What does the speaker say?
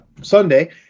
sunday